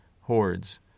hordes